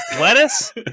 lettuce